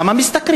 וכמה הם משתכרים?